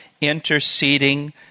interceding